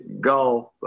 Golf